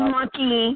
Monkey